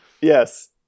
Yes